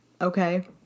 okay